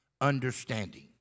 understanding